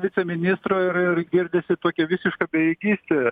viceministro ir ir girdisi tokia visiška bejėgystė